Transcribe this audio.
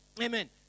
Amen